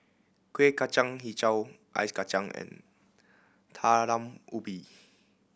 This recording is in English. Kueh Kacang Hijau ice kacang and Talam Ubi